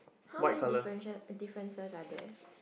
how many difference~ differences are there